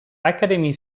academy